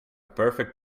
perfect